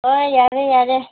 ꯍꯣꯏ ꯌꯥꯔꯦ ꯌꯥꯔꯦ